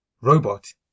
robot